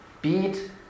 BEAT